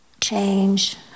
change